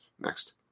Next